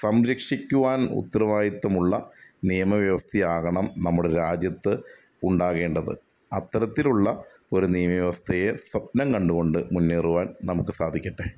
സംരക്ഷിക്കുവാന് ഉത്തരവാദിത്തമുള്ള നിയമവ്യവസ്ഥയാകണം നമ്മുടെ രാജ്യത്ത് ഉണ്ടാകേണ്ടത് അത്തരത്തിലുള്ള ഒരു നിയമവ്യവസ്തയെ സ്വപ്നംകണ്ടുകൊണ്ട് മുന്നേറുവാന് നമുക്ക് സാധിക്കട്ടെ